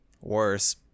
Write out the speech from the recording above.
worse